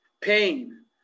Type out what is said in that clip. pain